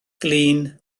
glin